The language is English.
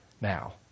now